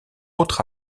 autres